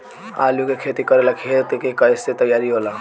आलू के खेती करेला खेत के कैसे तैयारी होला?